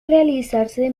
realizarse